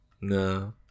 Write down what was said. No